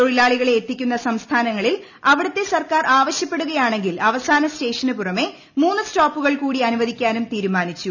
തൊഴിലാളികളെ എത്തിക്കുന്ന സംസ്ഥാനങ്ങളിൽ അവിടത്തെ സർക്കാർ ആവശ്യപ്പെടുകയാണെങ്കിൽ അവസാനസ്റ്റേഷന് പുറമേ മൂന്ന് സ്റ്റോപ്പുകൾ കൂടി അനുവദിക്കാനും തീരുമാനിച്ചു